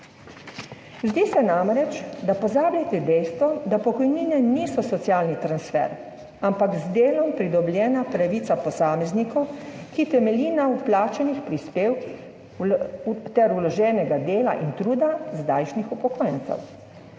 Zdi se namreč, da pozabljate dejstvo, da pokojnine niso socialni transfer, ampak z delom pridobljena pravica posameznikov, ki temelji na vplačanih prispevkih ter vloženega dela in truda zdajšnjih upokojencev.